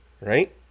right